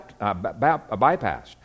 bypassed